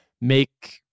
make